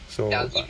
so but